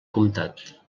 comtat